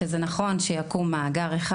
שזה נכון שיקום מאגר אחד,